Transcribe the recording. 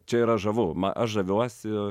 čia yra žavu ma aš žaviuosi